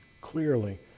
clearly